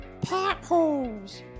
potholes